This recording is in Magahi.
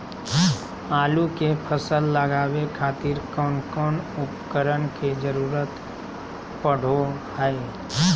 आलू के फसल लगावे खातिर कौन कौन उपकरण के जरूरत पढ़ो हाय?